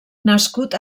nascut